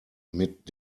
mit